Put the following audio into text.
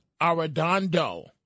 Arredondo